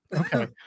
okay